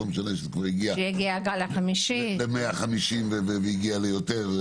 ולא משנה שבמציאות הגיע כבר ל-150 אלף ויותר.